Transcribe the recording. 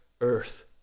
earth